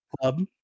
Club